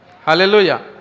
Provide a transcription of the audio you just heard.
Hallelujah